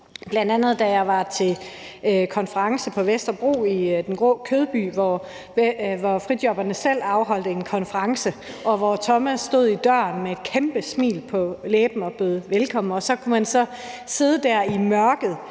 bl.a. da jeg var til konference på Vesterbro i Den Grå Kødby, hvor frijobberne selv afholdt en konference, og hvor Thomas stod i døren med et kæmpe smil på læberne og bød velkommen, og så kunne man så sidde der i mørket